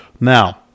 Now